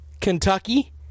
Kentucky